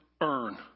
earn